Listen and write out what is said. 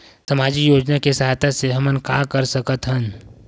सामजिक योजना के सहायता से हमन का का कर सकत हन?